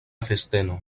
festeno